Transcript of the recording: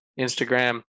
instagram